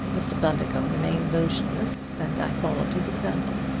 mr. bundercombe remained motionless and i followed his example.